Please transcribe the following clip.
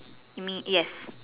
you mean yes